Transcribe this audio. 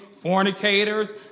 Fornicators